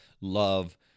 love